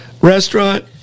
restaurant